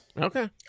Okay